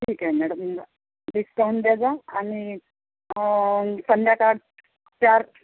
ठीक आहे madam discount दे आणि संध्याकाळच्या आत